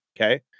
okay